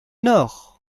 nord